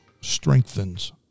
strengthens